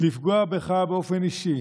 לפגוע בך באופן אישי